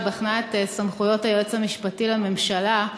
שבחנה את סמכויות היועץ המשפטי לממשלה,